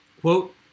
Quote